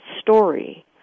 story